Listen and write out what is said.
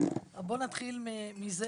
בואו נתחיל מזה